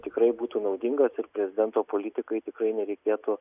tikrai būtų naudingas ir prezidento politikai tikrai nereikėtų